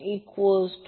5296